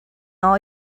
all